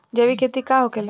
जैविक खेती का होखेला?